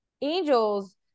angels